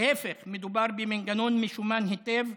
להפך, מדובר במנגנון משומן היטב.